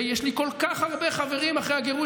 יש לי כל כך הרבה חברים אחרי הגירוש